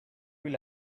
will